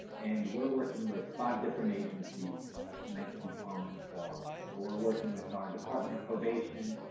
and we're working with five different agencies to make them trauma-informed. so we're working with our department of probation,